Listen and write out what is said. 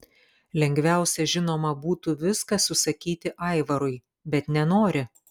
lengviausia žinoma būtų viską susakyti aivarui bet nenori